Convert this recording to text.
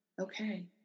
okay